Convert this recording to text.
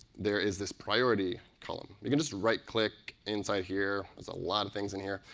there is this priority column. you can just right-click. inside here, it's a lot of things in here,